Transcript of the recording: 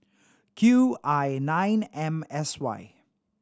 Q I nine M S Y